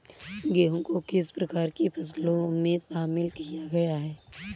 गेहूँ को किस प्रकार की फसलों में शामिल किया गया है?